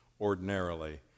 ordinarily